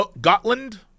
Gotland